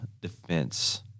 defense